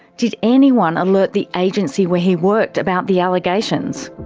did anyone alert the agency where he worked about the allegations?